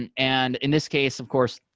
and and in this case of course,